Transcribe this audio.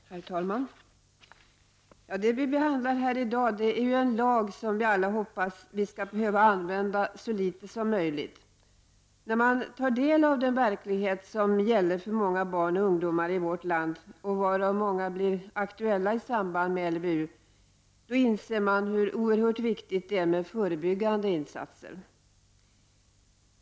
Herr talman! Det vi behandlar här i dag är en lag som vi alla hoppas skall behöva användas så litet som möjligt. När man tar del av den verklighet som gäller för många barn och ungdomar i vårt land, den grupp där LVU blir aktuell, inser man hur oerhört viktigt det är med förebyggande insatser.